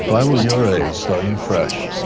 but i were your age starting fresh.